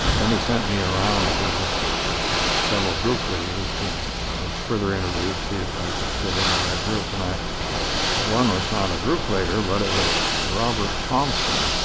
then, he sent me around to several group leaders to have further interviews, see if i could fit in with their group. and one was not a group leader, but it was robert thompson.